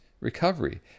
recovery